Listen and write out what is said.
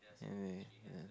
anyway ya